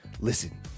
listen